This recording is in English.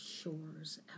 shores